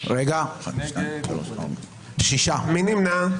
מי נמנע?